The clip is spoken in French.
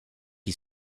qui